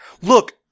Look